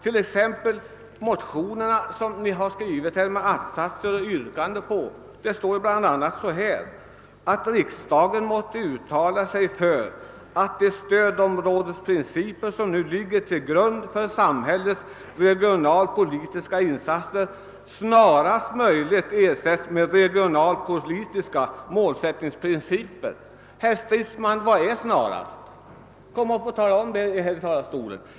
I en av era motioner står bl.a. att riksdagen skall uttala sig för »att de stödområdesprinciper som nu ligger till grund för samhällets regionalpolitiska insat ser snarast möjligt ersätts med regionalpolitiska målsättningsprinciper». Vad är »snarast», herr Stridsman? Kom och tala om det från talarstolen.